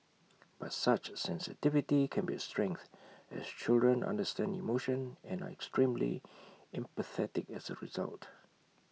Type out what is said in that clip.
but such sensitivity can be A strength as children understand emotion and are extremely empathetic as A result